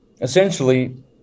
essentially